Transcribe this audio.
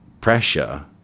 pressure